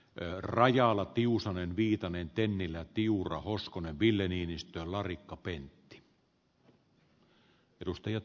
eun rajala tiusanen viitanen tennilä tiura hoskonen ville niinistön herra puhemies